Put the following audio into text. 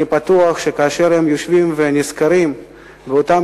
אני בטוח שכאשר הם יושבים ונזכרים באותם